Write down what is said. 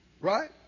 Right